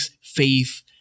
faith